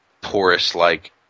porous-like